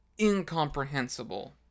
incomprehensible